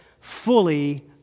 fully